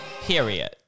Period